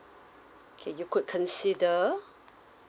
okay you could consider